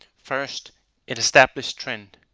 first an established trend.